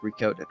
Recoded